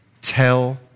Tell